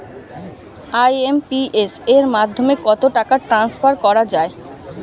IMPS এর মাধ্যমে কত টাকা ট্রান্সফার করা যায়?